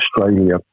Australia